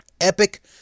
epic